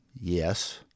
Yes